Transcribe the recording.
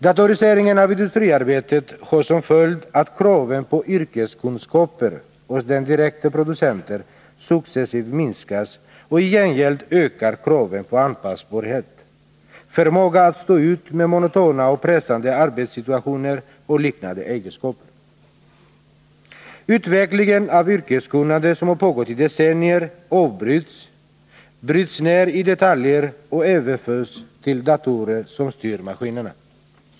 Datoriseringen av industriarbetet har som följd att kravet på yrkeskunskaper hos den direkta producenten successivt minskats. I gengäld ökar kraven på anpassbarhet, förmåga att stå ut med monotona och pressande arbetssituationer och liknande egenskaper. Utveckling av yrkeskunnande som har pågått i decennier avbryts, bryts ner i detaljer och överförs till datorer som styr maskinerna.